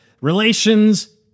relations